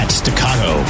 staccato